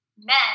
men